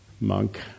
monk